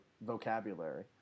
vocabulary